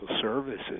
services